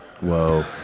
Whoa